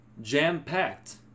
Jam-packed